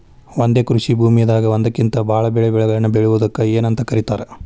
ಒಂದೇ ಕೃಷಿ ಭೂಮಿದಾಗ ಒಂದಕ್ಕಿಂತ ಭಾಳ ಬೆಳೆಗಳನ್ನ ಬೆಳೆಯುವುದಕ್ಕ ಏನಂತ ಕರಿತಾರೇ?